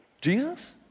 Jesus